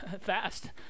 Fast